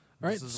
right